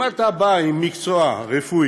אם אתה בא עם מקצוע רפואי,